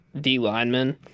D-lineman